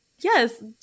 Yes